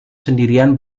sendirian